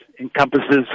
encompasses